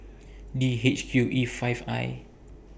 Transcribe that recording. D H Q E five I